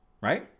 right